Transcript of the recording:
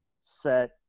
set